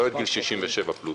לא ה-67 פלוס.